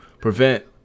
prevent